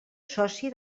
soci